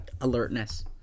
alertness